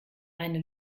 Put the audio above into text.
eine